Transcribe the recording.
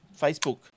Facebook